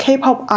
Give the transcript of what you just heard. K-pop